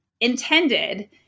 intended